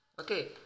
okay